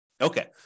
Okay